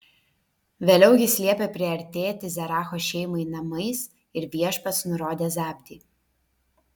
vėliau jis liepė priartėti zeracho šeimai namais ir viešpats nurodė zabdį